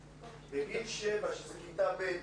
גיל 7 שזה כיתה ב',